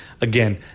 Again